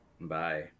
Bye